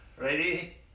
ready